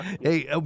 Hey